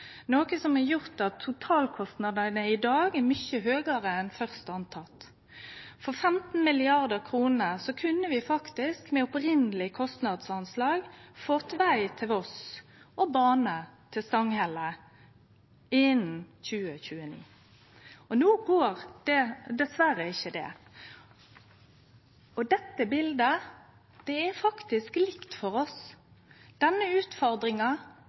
noko som har gjort at totalkostnadene i dag er mykje høgare enn det ein først hadde trudd. For 15 mrd. kr kunne vi faktisk med opprinneleg kostnadsanslag fått veg til Voss og bane til Stanghelle innan 2029. No går dessverre ikkje det. Og dette biletet er faktisk likt for oss alle – denne utfordringa